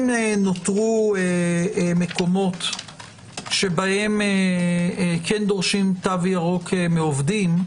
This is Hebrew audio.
אם נותרו מקומות שבהם כן דורשים תו ירוק מעובדים,